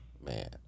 man